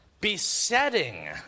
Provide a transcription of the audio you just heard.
besetting